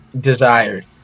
desired